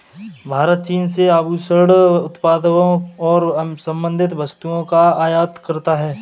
भारत चीन से आभूषण उत्पादों और संबंधित वस्तुओं का आयात करता है